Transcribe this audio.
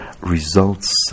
results